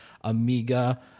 Amiga